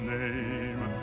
name